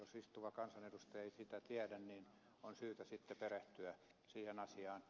jos istuva kansanedustaja ei sitä tiedä niin on syytä sitten perehtyä siihen asiaan